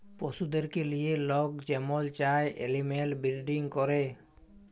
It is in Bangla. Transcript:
পশুদেরকে লিঁয়ে লক যেমল চায় এলিম্যাল বিরডিং ক্যরে